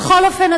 בכל אופן,